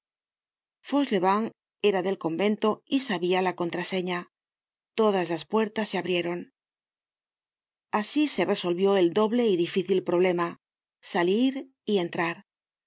at fauchelevent era del convento y sabia la contraseña todas las puertas se abrieron asi se resolvió el doble y difícil problema salir y entrar